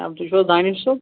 تُہۍ چھِ حظ داٚنِش صٲب